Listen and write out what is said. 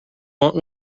want